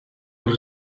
vos